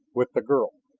with the girl